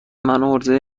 عرضه